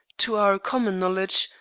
to our common knowledge,